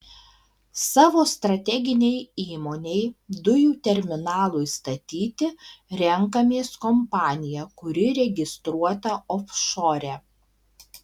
savo strateginei įmonei dujų terminalui statyti renkamės kompaniją kuri registruota ofšore